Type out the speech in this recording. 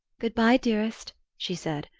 good-bye, dearest, she said,